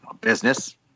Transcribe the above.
business